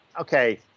okay